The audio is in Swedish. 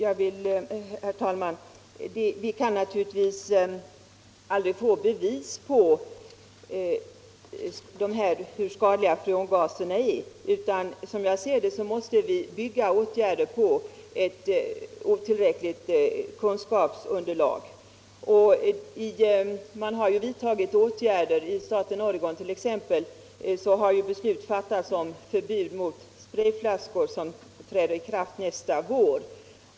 Herr talman! Vi kan väl aldrig få klara bevis på hur skadliga freongaserna är, utan som jag ser det måste vi bygga våra åtgärder på ett otillräckligt kunskapsunderlag. I staten Oregon har man sålunda fattat beslut om förbud mot sprayflaskor. Det träder i kraft nästa vår.